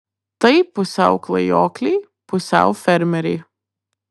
tai pusiau klajokliai pusiau fermeriai